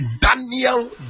Daniel